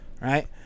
right